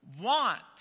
want